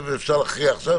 ואפשר להכריע עכשיו,